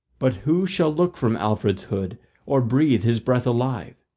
but who shall look from alfred's hood or breathe his breath alive?